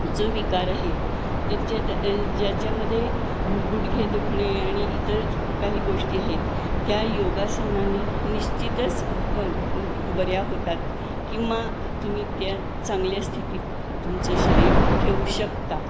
जो विकार आहे त्याच्या ज्याच्यामध्ये गुडघे दुखणे आणि इतर काही गोष्टी आहेत त्या योगासनाने निश्चितच बऱ्या होतात किंवा तुम्ही त्या चांगल्या स्थितीत तुमचं शरीर ठेवू शकता